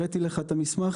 הראיתי לך את המסמך,